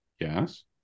yes